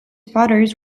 fighters